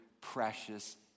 precious